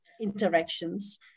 interactions